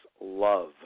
love